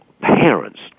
parents